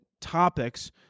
topics